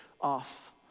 off